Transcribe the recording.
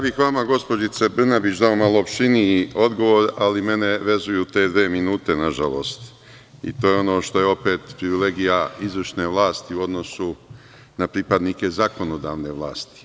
Ja bih vama, gospođice Brnabić, dao malo opširniji odgovor, ali mene vezuju te dve minute, nažalost, i to je ono što je opet privilegija izvršne vlasti u odnosu na pripadnike zakonodavne vlasti.